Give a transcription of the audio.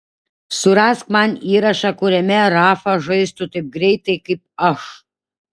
surask man įrašą kuriame rafa žaistų taip greitai kaip aš